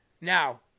Now